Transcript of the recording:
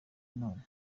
none